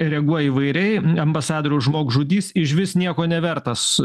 reaguoja įvairiai ambasadoriaus žmogžudys išvis nieko nevertas